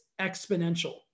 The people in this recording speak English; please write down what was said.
exponential